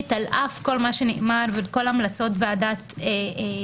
על אף כל מה שנאמר וכל המלצות ועדת דורנר.